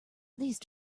these